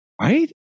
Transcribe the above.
right